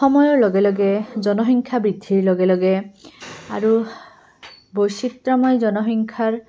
সময়ৰ লগে লগে জনসংখ্যা বৃদ্ধিৰ লগে লগে আৰু বৈচিত্ৰময় জনসংখ্যাৰ